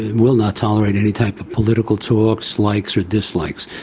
will not, tolerate any type of political talks, likes or dislikes.